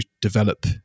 develop